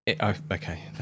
Okay